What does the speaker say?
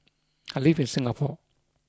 I live in Singapore